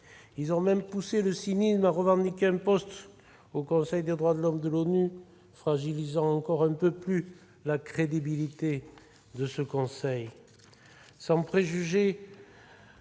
Ils ont même poussé le cynisme jusqu'à revendiquer un poste au Conseil des droits de l'homme de l'ONU, fragilisant encore un peu plus la crédibilité de ce conseil. Sans préjuger